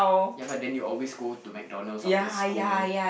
ya lah then you always go to McDonald's after school